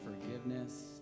forgiveness